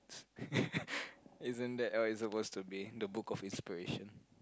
isn't that what it's supposed to be the book of inspiration